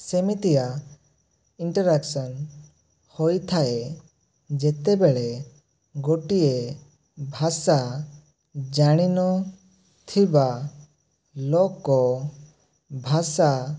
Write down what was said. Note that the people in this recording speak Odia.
ସେମିତିଆ ଇଣ୍ଟ୍ରାକସନ ହୋଇଥାଏ ଯେତେବେଳେ ଗୋଟିଏ ଭାଷା ଜାଣିନଥିବା ଲୋକ ଭାଷା